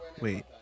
Wait